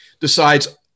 decides